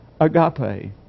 agape